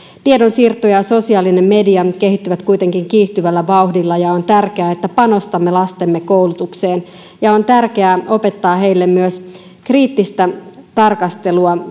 tiedonsiirto ja ja sosiaalinen media kehittyvät kuitenkin kiihtyvällä vauhdilla ja on tärkeää että panostamme lastemme koulutukseen ja on tärkeää opettaa heille myös kriittistä tarkastelua